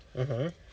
mmhmm